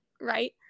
Right